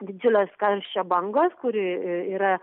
didžiulės karščio bangos kuri yra